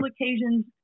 occasions